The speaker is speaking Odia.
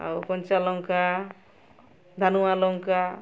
ଆଉ କଞ୍ଚା ଲଙ୍କା ଧାନୁଆ ଲଙ୍କା